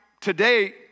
today